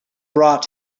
brought